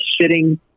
sitting